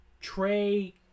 Trey